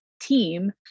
team